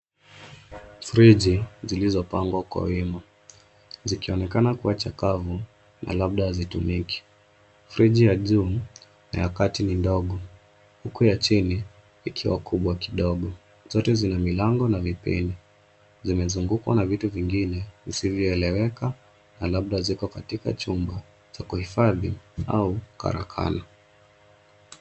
Friji zilizopangwa kwa wima zikonekana kuwa chakavu na labda hazitumiki. Friji ya juu na ya kati ni ndogo huku ya chini ikiwa kubwa kidogo. Zote zina milango na mipini. Zimezungukwa na vitu vingine visivyoeleweka na labda ziko katika chumba cha kuhifadhi au karakana.